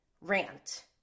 rant